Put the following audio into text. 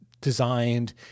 designed